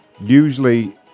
Usually